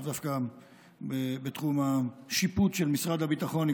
לאו דווקא בתחום השיפוט של משרד הביטחון,